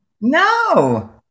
No